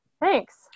Thanks